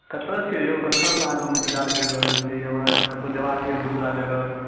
कतय छियै यौ कखनसँ अहाँके हम इन्तजार करि रहल छी हमरा कतहु जेबाक यए दोसरा जगह